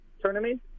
tournament